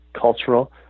cultural